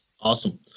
Awesome